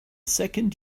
second